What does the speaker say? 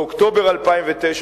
באוקטובר 2009,